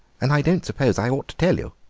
and i don't suppose i ought to tell you.